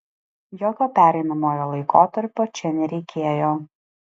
jokio pereinamojo laikotarpio čia nereikėjo